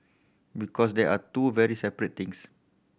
because they are two very separate things